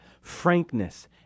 frankness